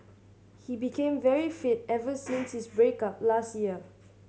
he became very fit ever since his break up last year